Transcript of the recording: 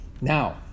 now